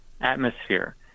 atmosphere